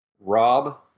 Rob